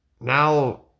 now